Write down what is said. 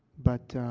but, ah,